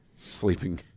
sleeping